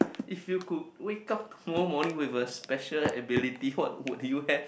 if you could wake up tomorrow morning with a special ability what would you have